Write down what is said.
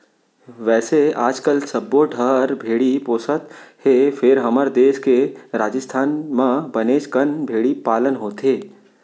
वैसे आजकाल सब्बो डहर भेड़ी पोसत हें फेर हमर देस के राजिस्थान म बनेच कन भेड़ी पालन होथे